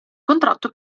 contratto